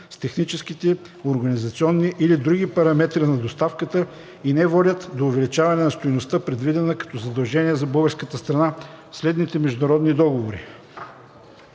с техническите, организационните или други параметри на доставката и не води до увеличаване на стойността, предвидена като задължение за българската страна в следните международни договори